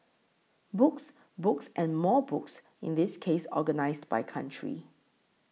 books books and more books in this case organised by country